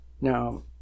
Now